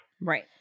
Right